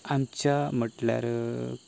हांगाच्या म्हणल्यार